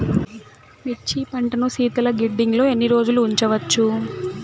మిర్చి పంటను శీతల గిడ్డంగిలో ఎన్ని రోజులు ఉంచవచ్చు?